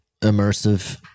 immersive